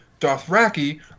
Dothraki